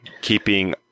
Keeping